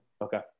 Okay